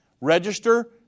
register